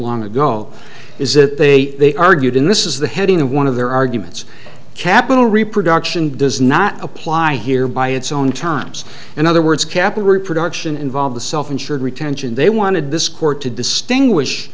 long ago is that they they argued in this is the heading of one of their arguments capital reproduction does not apply here by its own times in other words capital reproduction involved the self insured retention they wanted this court to distinguish